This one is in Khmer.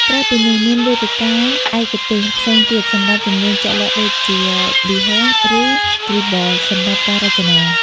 ក្រៅពីនេះ មានវេទិកាឯកទេសផ្សេងទៀតសម្រាប់ជំនាញជាក់លាក់ដូចជា Behance ឬ Dribbble សម្រាប់ការរចនា។